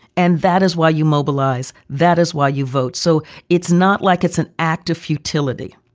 and that is why you mobilize. that is why you vote. so it's not like it's an act of futility.